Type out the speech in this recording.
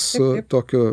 su tokiu